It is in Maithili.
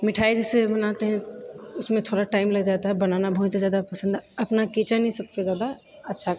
मिठाई जैसे बनाते हैं उसमे थोड़ा टाइम लग जाता है बनाना बहुत ही जादा पसन्द अपना किचन ही सबसँ जादा अच्छा